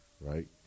right